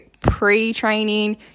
pre-training